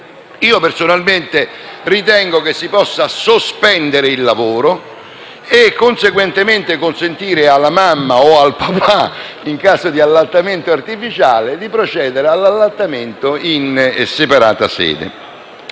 Presidente ritengo che si possa sospendere il lavoro e, conseguentemente, consentire alla mamma - o al papà, in caso di allattamento artificiale - di procedere all'allattamento in separata sede.